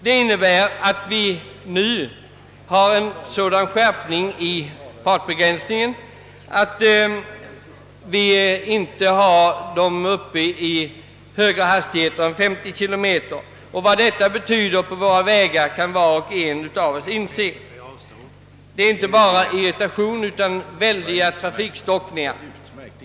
Det innebär att vi nu har en så skärpt fartbegränsning att högre hastighet än 50 km/tim inte tillåts för dessa husvagnar, och vad detta betyder på våra vägar kan var och en inse. Det medför inte bara irritation utan också väldiga trafikstockningar.